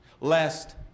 Lest